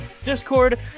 Discord